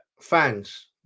fans